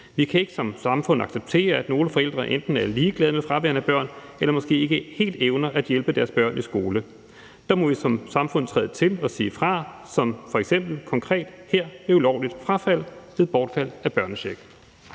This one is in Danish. Vi kan ikke som samfund acceptere, at nogle forældre enten er ligeglade med fraværende børn eller måske ikke helt evner at hjælpe deres børn i skole. Der må vi som samfund træde til og sige fra som f.eks. konkret her ved ulovligt frafald med bortfald af børnecheck.